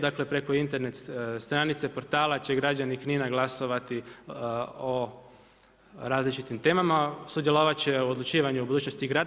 Dakle preko Internet stranice, portala će građani Knina glasovati o različitim temama, sudjelovati će o odlučivanju o budućnosti grada.